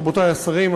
רבותי השרים,